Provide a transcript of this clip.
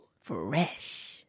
Fresh